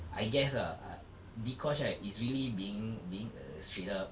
I guess ah uh dee kosh right is really being being a straight up